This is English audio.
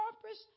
purpose